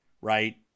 Right